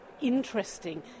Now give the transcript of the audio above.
interesting